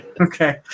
Okay